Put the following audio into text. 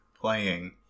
playing